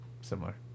similar